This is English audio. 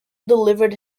delivered